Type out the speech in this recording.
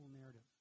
narrative